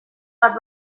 bat